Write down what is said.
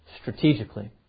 strategically